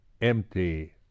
empty